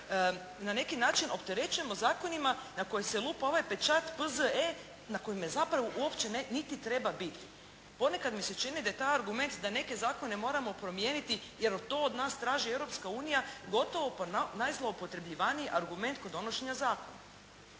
na neki način opterećujemo zakonima na koje se lupa ovaj pečat P.Z.E. na kojima zapravo uopće ne treba biti. Ponekad mi se čini da je taj argument da neke zakone moramo promijeniti jer to od nas traži Europska unija gotovo pa najzloupotrebljivaniji argument kod donošenja zakona.